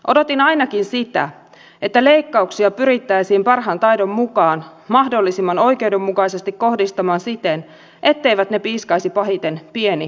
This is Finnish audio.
odotin ainakin sitä että leikkauksia pyrittäisiin parhaan taidon mukaan mahdollisimman oikeudenmukaisesti kohdistamaan siten etteivät ne piiskaisi pahiten pieni ja keskituloisia